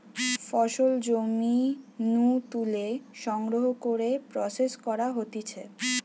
ফসল জমি নু তুলে সংগ্রহ করে প্রসেস করা হতিছে